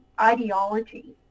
ideology